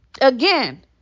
again